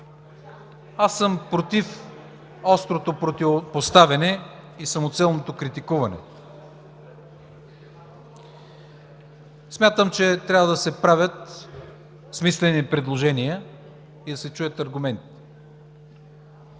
аз съм против острото противопоставяне и самоцелното критикуване. Смятам, че трябва да се правят смислени предложения и да се чуят аргументи.